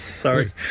Sorry